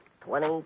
twenty